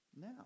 now